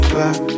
Black